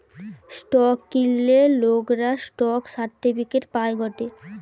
stock কিনলে লোকরা stock certificate পায় গটে